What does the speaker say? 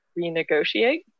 renegotiate